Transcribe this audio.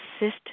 assist